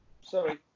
Sorry